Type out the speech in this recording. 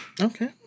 Okay